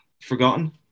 forgotten